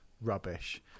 Rubbish